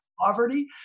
poverty